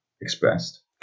expressed